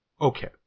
Okay